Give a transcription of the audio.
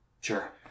Sure